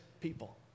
people